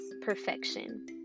perfection